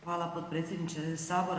Hvala potpredsjedniče sabora.